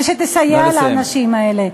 ושתסייע לאנשים האלה.